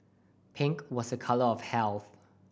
pink was a colour of health